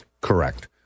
Correct